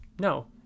No